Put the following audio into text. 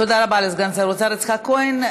תודה רבה לסגן שר האוצר יצחק כהן.